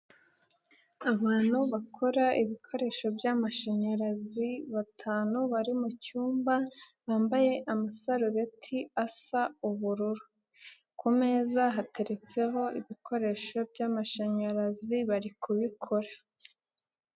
Abantu bakora ibikoresho by'amashanyarazi batanu bari mu cyumba bambaye amasarubeti asa ubururu ku meza hateretseho ibikoresho by'amashanyarazi bari kubikora.